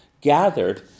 gathered